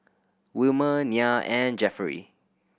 Wilmer Nyah and Jefferey